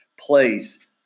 please